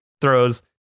throws